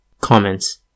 Comments